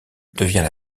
devient